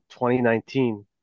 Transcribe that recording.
2019